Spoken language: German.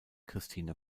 christine